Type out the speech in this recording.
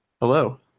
Hello